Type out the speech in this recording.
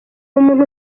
umuntu